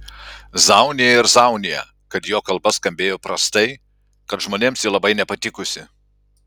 zaunija ir zaunija kad jo kalba skambėjo prastai kad žmonėms ji labai nepatikusi